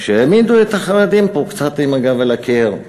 שהעמידו את החרדים פה קצת עם הגב אל הקיר,